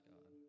God